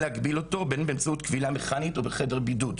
בין אם באמצעות כבילה מכנית או בחדר בידוד.